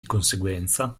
conseguenza